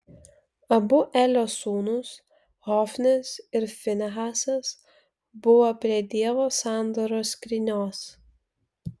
abu elio sūnūs hofnis ir finehasas buvo prie dievo sandoros skrynios